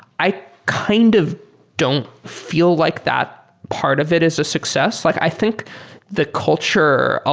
i kind of don't feel like that part of it is a success. like i think the culture, ah